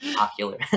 ocular